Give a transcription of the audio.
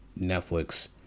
Netflix